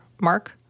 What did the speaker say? mark